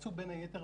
הוקפא וזו הייתה